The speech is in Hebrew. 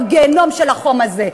בגיהינום של החום הזה.